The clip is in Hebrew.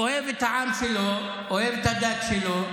אוהב את העם שלו, אוהב את הדת שלו.